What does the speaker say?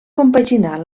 compaginar